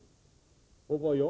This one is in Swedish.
Arbetstid och ledig